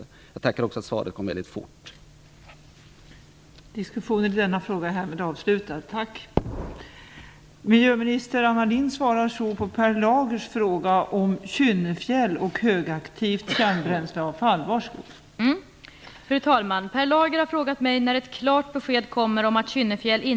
Slutligen vill jag också tacka för att svaret på min fråga kom mycket snabbt.